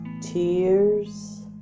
Tears